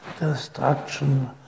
destruction